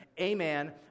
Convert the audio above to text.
amen